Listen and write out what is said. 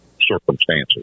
circumstances